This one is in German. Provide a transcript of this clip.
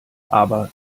aber